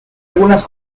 algunas